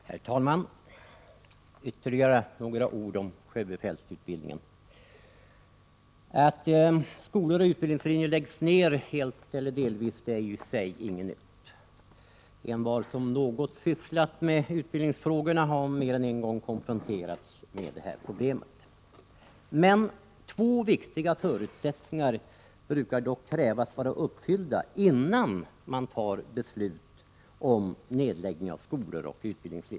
Herr talman! Ytterligare några ord om sjöbefälsutbildningen. Att skolor och utbildningslinjer läggs ned helt eller delvis är ju inte någonting nytt. Den som sysslat med utbildningsfrågor har mer än en gång konfronterats med sådana problem. Men två viktiga förutsättningar brukar dock krävas vara uppfyllda innan man beslutar om nedläggning av skolor och utbildning.